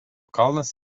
kalnas